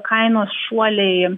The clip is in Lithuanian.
kainos šuoliai